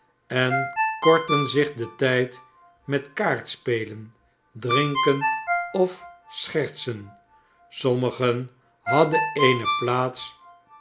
eh kortten zich den tijd met kaartspelen drinken of schertsen sommigen hadden eene plaats